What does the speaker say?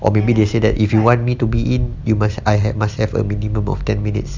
or maybe they say that if you want me to be in you must I had must have a minimum of ten minutes